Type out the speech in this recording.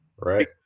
Right